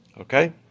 Okay